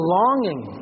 longing